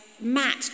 Matt